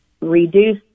reduce